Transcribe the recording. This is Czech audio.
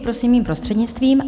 Prosím mým prostřednictvím.